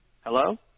Hello